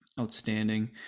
outstanding